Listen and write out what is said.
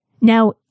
Now